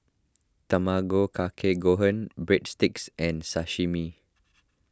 Tamago Kake Gohan Breadsticks and Sashimi